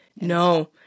No